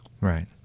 right